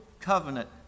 covenant